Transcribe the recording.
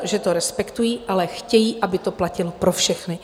Že to respektují, ale chtějí, aby to platilo pro všechny.